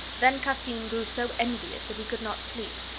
then cassim grew so envious that he could not sleep,